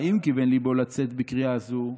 "אם כיוון ליבו לצאת בקריאה זו,